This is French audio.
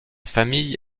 famille